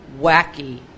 wacky